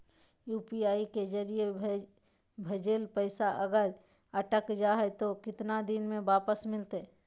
UPI के जरिए भजेल पैसा अगर अटक जा है तो कितना दिन में वापस मिलते?